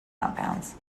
compounds